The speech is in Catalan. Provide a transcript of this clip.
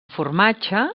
formatge